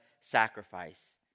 sacrifice